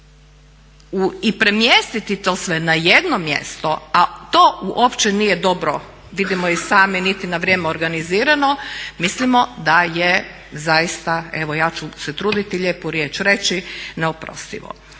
i premjestiti to sve na jedno mjesto a to u opće nije dobro, vidimo i sami niti na vrijeme organizirano, mislimo da je zaista evo ja ću se truditi lijepu riječ reći neoprostivo.